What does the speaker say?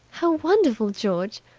how wonderful! george!